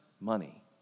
money